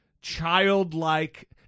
childlike